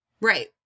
Right